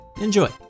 Enjoy